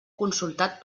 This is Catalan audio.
consultat